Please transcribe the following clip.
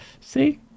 see